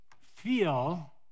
feel